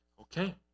Okay